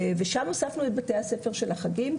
את בתי הספר של החגים.